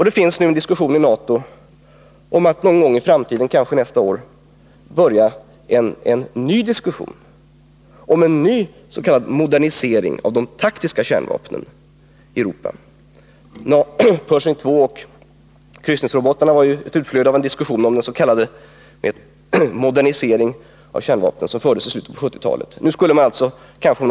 Det förs nu en diskussion i NATO om att någon gång i framtiden, kanske nästa år, börja diskutera en modernisering av taktiska kärnvapen i Europa. Pershing II-raketerna och kryssningsrobotorna var ju ett utflöde av en diskussion om en modernisering av medeldistanskärnvapnen, en diskussion som fördes i slutet av 1970-talet.